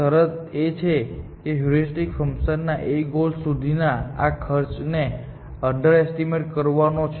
શરત એ છે કે હ્યુરિસ્ટિક ફંક્શન એ ગોલ સુધી ના ખર્ચ ને અંડરએસ્ટીમેટ કરવાનો છે